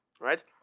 Right